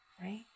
Right